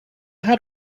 had